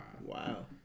Wow